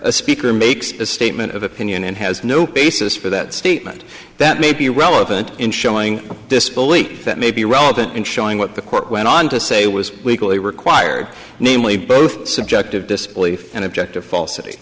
a speaker makes a statement of opinion and has no basis for that statement that may be relevant in showing disbelief that may be relevant in showing what the court went on to say was legally required namely both subjective disbelief and objective fal